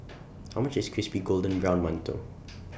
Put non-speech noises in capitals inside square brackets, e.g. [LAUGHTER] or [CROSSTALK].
[NOISE] How much IS Crispy Golden [NOISE] Brown mantou [NOISE]